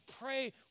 pray